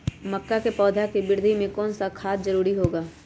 मक्का के पौधा के वृद्धि में कौन सा खाद जरूरी होगा?